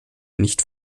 nicht